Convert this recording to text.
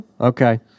Okay